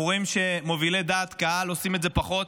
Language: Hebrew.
אנחנו רואים שמובילי דעת קהל עושים את זה פחות,